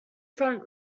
front